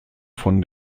von